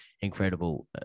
incredible